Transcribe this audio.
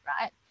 right